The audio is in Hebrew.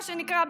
מה שנקרא,